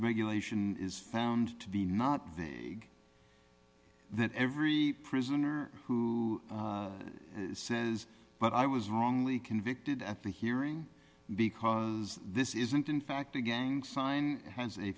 regulation is found to be not the that every prisoner who says but i was wrongly convicted at the hearing because this isn't in fact a gang sign has a